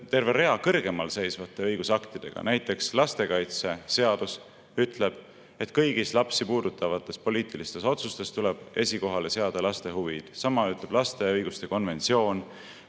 terve rea kõrgemalseisvate õigusaktidega. Näiteks lastekaitseseadus ütleb, et kõigis lapsi puudutavates poliitilistes otsustes tuleb esikohale seada laste huvid. Sama ütleb lapse õiguste konventsioon.